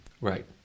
Right